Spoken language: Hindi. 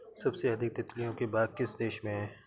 सबसे अधिक तितलियों के बाग किस देश में हैं?